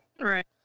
Right